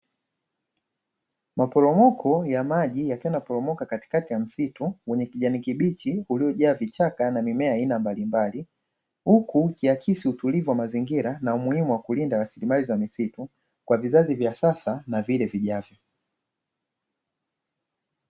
Maporomoko ya maji yakiwa yanaporomoka katikati ya msitu wenye kijani kibichi uliojaa vichaka na mimea ya aina mbalimbali, huku ikiakisi utulivu wa mazingira na umuhimu wa kulinda rasilimali za msitu kwa vizazi vya sasa na vile vijavyo.